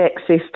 access